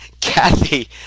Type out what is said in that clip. Kathy